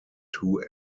two